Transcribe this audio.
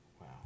Wow